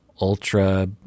ultra